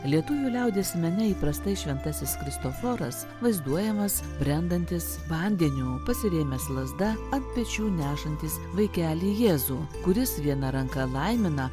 lietuvių liaudies mene įprastai šventasis kristoforas vaizduojamas brendantis vandeniu pasirėmęs lazda ant pečių nešantis vaikelį jėzų kuris viena ranka laimina